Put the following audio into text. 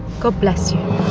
god bless you.